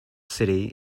city